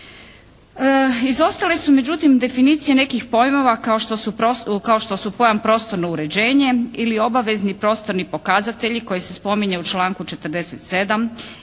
Izostale su međutim definicije nekih pojmova kao što su pojam prostorno uređenje ili obavezni prostorni pokazatelji koji se spominje u članku 47.